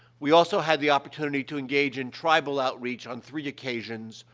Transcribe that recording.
we also had the opportunity to engage in tribal outreach on three occasions,